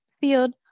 field